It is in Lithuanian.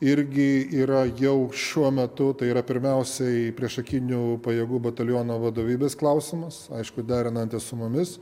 irgi yra jau šiuo metu tai yra pirmiausiai priešakinių pajėgų bataliono vadovybės klausimas aišku derinantis su mumis